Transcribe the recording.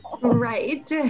Right